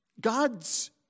God's